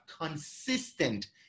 consistent